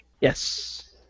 Yes